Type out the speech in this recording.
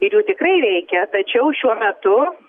ir jų tikrai reikia tačiau šiuo metu